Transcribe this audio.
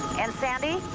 and, sandy,